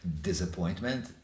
disappointment